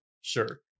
Sure